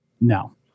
No